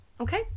Okay